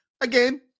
Again